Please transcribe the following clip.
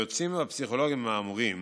היועצים והפסיכולוגים האמורים